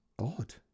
odd